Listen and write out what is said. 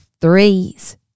threes